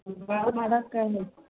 बहुत मदद कयले